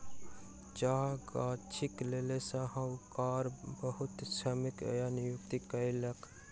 चाह गाछीक लेल साहूकार बहुत श्रमिक के नियुक्ति कयलक